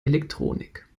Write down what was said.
elektronik